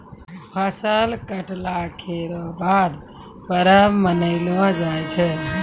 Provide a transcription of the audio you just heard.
फसल कटला केरो बाद परब मनैलो जाय छै